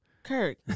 kirk